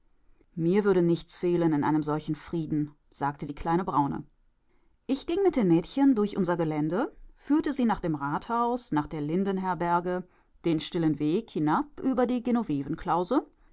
mir würde nichts fehlen in solchem frieden sagte die kleine braune ich ging mit den mädchen durch unser gelände führte sie nach dem rathaus nach der lindenherberge den stillen weg hinab über die